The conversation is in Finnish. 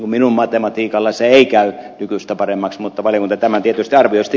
minun matematiikallani se ei käy nykyistä paremmaksi mutta valiokunta tämän tietysti arvioi